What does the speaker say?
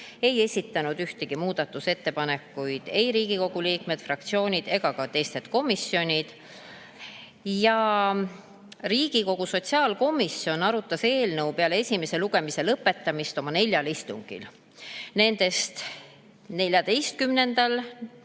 ei esitanud ühtegi muudatusettepanekut ei Riigikogu liikmed, fraktsioonid ega teised komisjonid. Riigikogu sotsiaalkomisjon arutas eelnõu peale esimese lugemise lõpetamist oma neljal istungil. Nendest